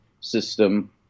system